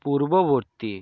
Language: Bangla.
পূর্ববর্তী